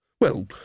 Well